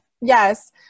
Yes